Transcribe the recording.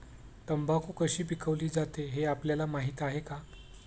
तंबाखू कशी पिकवली जाते हे आपल्याला माहीत आहे का?